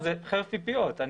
זאת חרב פיפיות.